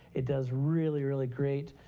it does really, really great,